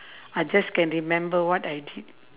I just can remember what I did